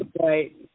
Right